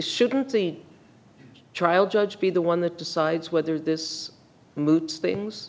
shouldn't the trial judge be the one that decides whether this moves things